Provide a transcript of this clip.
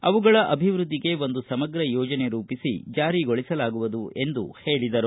ಅವುಗಳ ಅಭಿವೃದ್ದಿಗೆ ಒಂದು ಸಮಗ್ರ ಯೋಜನೆಯನ್ನು ರೂಪಿಸಿ ಜಾರಿಗೊಳಿಸಲಾಗುವುದು ಎಂದು ಹೇಳಿದರು